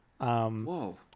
Whoa